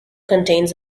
contains